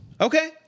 Okay